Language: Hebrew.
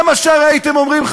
זה הרי מה שהייתם אומרים,